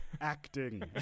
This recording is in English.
Acting